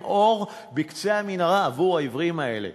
אור בקצה המנהרה עבור העיוורים האלה.